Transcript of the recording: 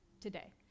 today